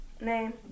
name